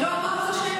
אמרתי.